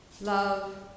Love